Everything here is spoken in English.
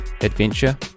adventure